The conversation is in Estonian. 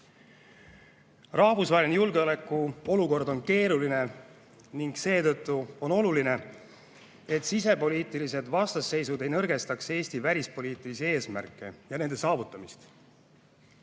julgeolekuolukord on keeruline ning seetõttu on oluline, et sisepoliitilised vastasseisud ei nõrgestaks Eesti välispoliitilisi eesmärke ja nende saavutamist.